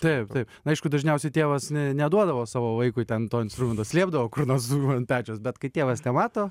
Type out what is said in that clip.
taip taip aišku dažniausiai tėvas ne neduodavo savo vaikui ten to instrumento slėpdavo kur nors ant pečiaus bet kai tėvas nemato